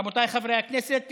רבותיי חברי הכנסת,